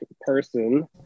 person